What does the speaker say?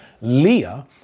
Leah